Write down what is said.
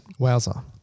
Wowza